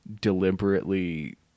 deliberately